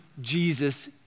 Jesus